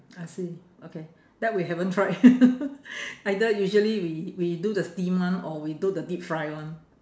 I see okay that we haven't tried either usually we we do the steam one or we do the deep fry one